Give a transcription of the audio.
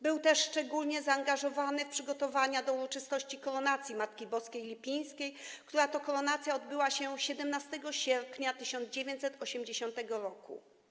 Był też szczególnie zaangażowany w przygotowania do uroczystości koronacji Matki Boskiej Lipińskiej, która to koronacja odbyła się 17 sierpnia 1980 r.